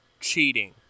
cheating